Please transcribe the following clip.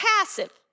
passive